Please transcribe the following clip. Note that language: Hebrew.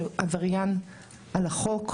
שעובר על החוק.